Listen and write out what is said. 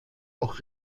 auch